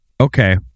okay